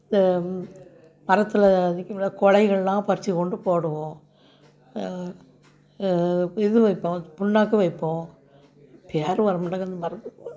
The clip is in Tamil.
மரத்தில் இருக்கும்ல கிளைகள்லாம் பறித்து கொண்டு போடுவோம் இது வைப்போம் புண்ணாக்கு வைப்போம் பேர் வர மாட்டேங்கிது மறந்து போகுது